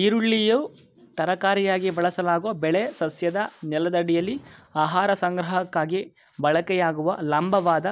ಈರುಳ್ಳಿಯು ತರಕಾರಿಯಾಗಿ ಬಳಸಲಾಗೊ ಬೆಳೆ ಸಸ್ಯದ ನೆಲದಡಿಯಲ್ಲಿ ಆಹಾರ ಸಂಗ್ರಹಕ್ಕಾಗಿ ಬಳಕೆಯಾಗುವ ಲಂಬವಾದ